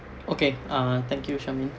okay uh thank you charmaine